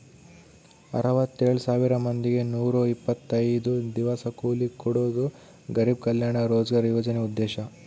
ಅರವತ್ತೆಳ್ ಸಾವಿರ ಮಂದಿಗೆ ನೂರ ಇಪ್ಪತ್ತೈದು ದಿವಸ ಕೂಲಿ ಕೊಡೋದು ಗರಿಬ್ ಕಲ್ಯಾಣ ರೋಜ್ಗರ್ ಯೋಜನೆ ಉದ್ದೇಶ